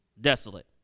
desolate